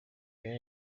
nayo